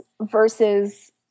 versus